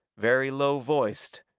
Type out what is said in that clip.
very low-voiced,